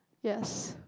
yes